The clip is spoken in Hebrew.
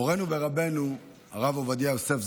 מורנו ורבנו הרב עובדיה יוסף,